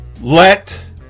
Let